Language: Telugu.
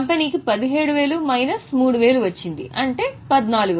కంపెనీకి 17000 మైనస్ 3000 వచ్చింది అంటే 14000